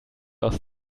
aus